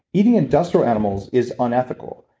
eating industrial animals is unethical.